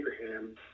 Abraham